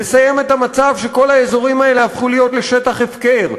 לסיים את המצב שכל האזורים האלה הפכו להיות שטח הפקר,